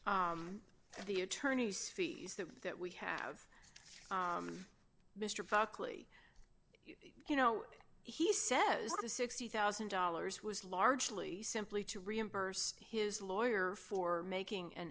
the attorney's fees that that we have mr buckley you know he says the sixty thousand dollars was largely simply to reimburse his lawyer for making an